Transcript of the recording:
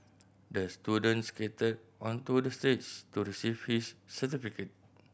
the student skated onto the stage to receive his certificate